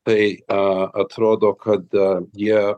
tai atrodo kad jie